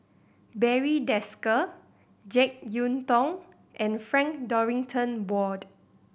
Barry Desker Jek Yeun Thong and Frank Dorrington Ward